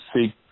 seek